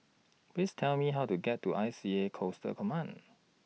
Please Tell Me How to get to I C A Coastal Command